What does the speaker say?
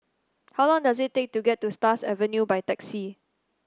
how long does it take to get to Stars Avenue by taxi